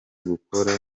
gukora